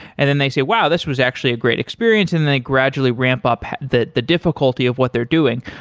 and then they say, wow! this was actually a great experience, and they gradually ramp up the the difficulty of what they're doing.